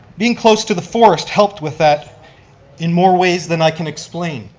being close to the forest helped with that in more ways than i can explain.